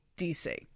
DC